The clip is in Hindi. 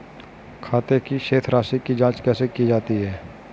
खाते की शेष राशी की जांच कैसे की जाती है?